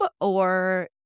or-